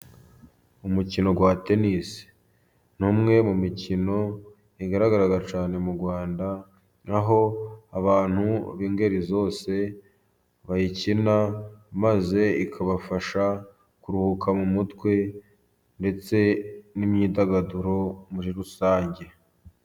Umukino wa tenisi, ni umwe mu mikino, igaragara cyane mu Rwanda, aho abantu b'ingeri zose bayikina, maze ikabafasha kuruhuka mu mutwe ndetse n'imyidagaduro muri rusange.